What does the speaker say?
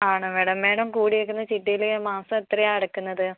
ആണോ madam madam കൂടിയേക്കുന്ന ചിട്ടിയിൽ മാസം എത്രയാണ് അടക്കുന്നത്